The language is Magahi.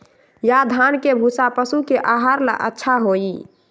या धान के भूसा पशु के आहार ला अच्छा होई?